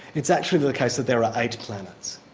it's actually the case that there are eight planets.